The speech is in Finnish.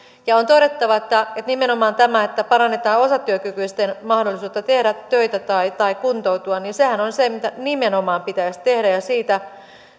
on todettava että nimenomaanhan se että parannetaan osatyökykyisten mahdollisuutta tehdä töitä tai tai kuntoutua on se mitä pitäisi tehdä ja siitä